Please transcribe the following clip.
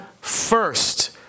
first